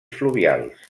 fluvials